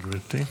בבקשה, גברתי.